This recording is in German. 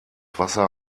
wasser